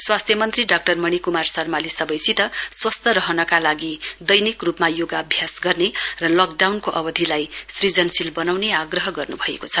स्वास्थ्य मन्त्री डाक्टर मणिकुमार शर्माले सबैसित स्वस्थ रहनका लागि दैनिक रूपमा योगाभ्यास गर्ने र लकडाउनको अवधिलाई सुजनशील बनाउने आग्रह गर्नुभएको छ